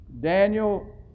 Daniel